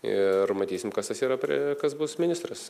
ir matysim kas tas yra pre kas bus ministras